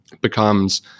becomes